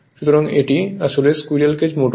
সুতরাং এটি আসলে স্কুইরেল কেজ মোটর